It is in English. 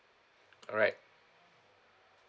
alright